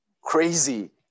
Crazy